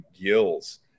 gills